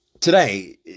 Today